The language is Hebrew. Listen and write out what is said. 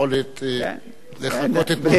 עם שתי רגליים.